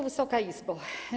Wysoka Izbo!